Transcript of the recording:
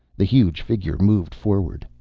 the huge figure moved forward,